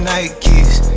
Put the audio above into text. Nike's